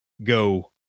Go